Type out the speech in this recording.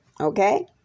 Okay